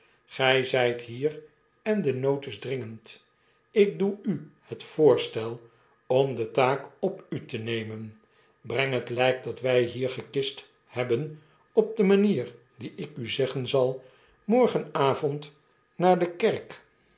gj zijt hier en de nood is dringend ik doe u het voorstel om de taak op u te nemen breng het ljjk dat wg hier gekist hebben op de manier die ik u zeggen zal morgen avond naar de kerk